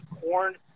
corn